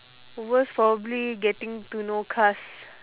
worst probably getting to know kas